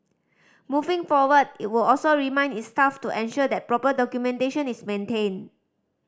moving forward it would also remind its staff to ensure that proper documentation is maintained